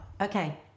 okay